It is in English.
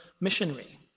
missionary